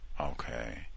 Okay